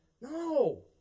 No